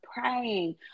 praying